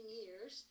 years